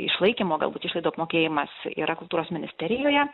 išlaikymo galbūt išlaidų apmokėjimas yra kultūros ministerijoje